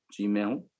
gmail